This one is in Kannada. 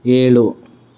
ಏಳು